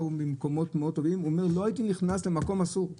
באו ממקומות מאוד טובים ואומרים: לא הייתי נכנס למקום אסור.